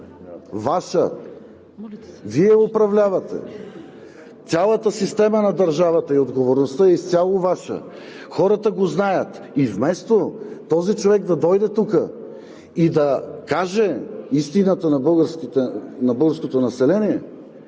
Ваша! Вие управлявате! Цялата система на държавата и отговорността е изцяло Ваша! Хората го знаят и вместо този човек да дойде тук и да каже истината на българското население,